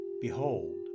Behold